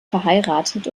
verheiratet